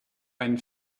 einen